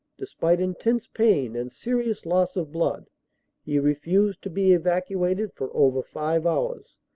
despite intense pain and serious loss of blood he refused to be evacuated for over five hours,